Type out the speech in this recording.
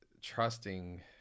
trusting